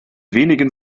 wenigen